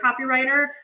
copywriter